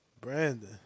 brandon